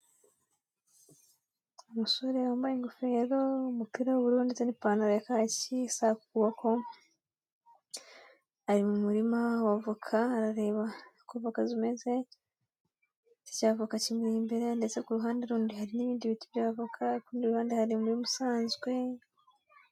Umusore wambaye ingofero, umupira w'uburu, ndetse n'ipantaro ya kaki isa ku kuboko, ari mu murima wa voka arareba uko voka zimeze, igiti cy'avoka kimuri imbere ndetse ku ruhande rundi hari n'ibindi biti byavoka, ku urundi ruhande hari umurima usanzwe.